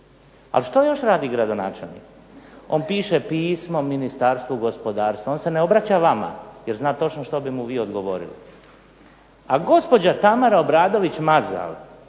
Ali što još radi gradonačelnik? On piše pismo Ministarstvu gospodarstva. On se ne obraća vama jer zna točno što bi mu vi odgovorili. A gospođa Tamara Obradović Mazal